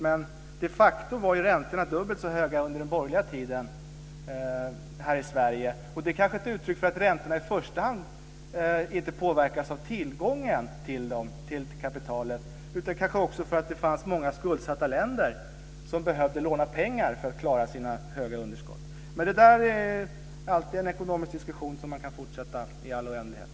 Men räntorna var de facto dubbelt så höga här i Sverige under den borgerliga tiden, och det är kanske ett uttryck för att de i första hand inte påverkas av tillgången till kapital. En annan orsak var också att det fanns många skuldsatta länder som behövde låna pengar för att klara sina stora underskott. Men det där är en ekonomisk diskussion som man fortsätta att föra i all oändlighet.